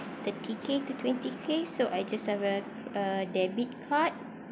thirty K to twenty K so I just have a a debit card